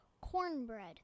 cornbread